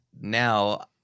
now